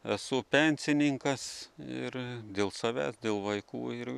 esu pensininkas ir dėl savęs dėl vaikų ir